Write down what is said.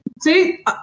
See